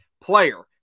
player